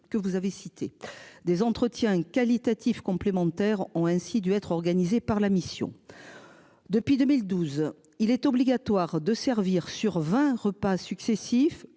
Que vous avez cité des entretiens qualitatifs complémentaires ont ainsi dû être organisé par la mission. Depuis 2012, il est obligatoire de servir sur 20 repas successifs